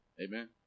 Amen